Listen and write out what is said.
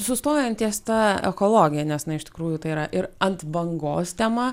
sustojant ties ta ekologija nes na iš tikrųjų tai yra ir ant bangos tema